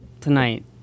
tonight